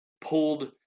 pulled